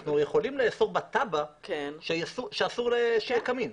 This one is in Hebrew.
אנחנו יכולים לאסור בתב"ע שאסור שיהיה קמין,